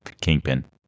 Kingpin